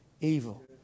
evil